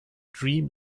dream